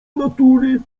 natury